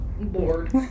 bored